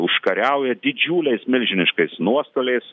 užkariauja didžiuliais milžiniškais nuostoliais